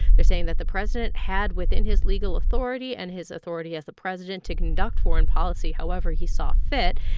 they're saying that the president had within his legal authority and his authority as the president to conduct foreign policy however he saw fit,